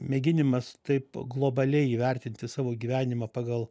mėginimas taip globaliai įvertinti savo gyvenimą pagal